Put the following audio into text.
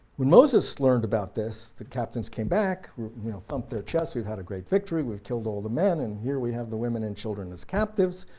when moses learned about this, the captains came back, thumped their chests, we've had a great victory we've killed all the men and here we have the women and children as captives,